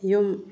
ꯌꯨꯝ